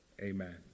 amen